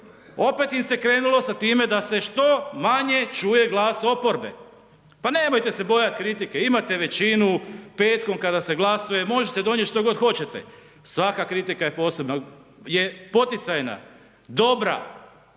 Opet im se krenulo sa time da se što manje čuje glas oporbe, pa nemojte se bojat kritike, imate većinu petkom kada se glasuje, možete donijet što god hoćete. Svaka kritika je posebna, je poticajna, dobra.